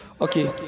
okay